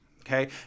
Okay